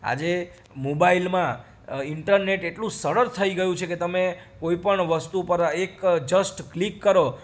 આજે મોબાઈલમાં ઈન્ટરનેટ એટલું સરળ થઈ ગયું છે કે તમે કોઈપણ વસ્તુ પર એક જસ્ટ ક્લિક કરો